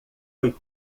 foi